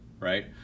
Right